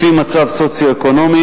לפי מצב סוציו-אקונומי,